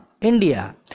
India